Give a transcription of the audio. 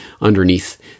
underneath